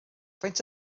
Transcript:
faint